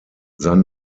sein